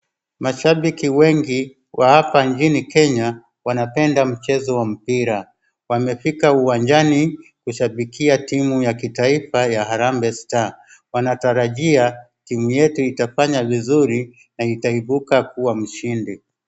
Mashabaki wengi wa hapa nchini Kenya wanapenda mchezo wa mpira, wamefika uwanjani kushabikia timu ya kitaifa ya harambee star wanatarajia timu yetu itafanya vizuri na itaibuka mahindi.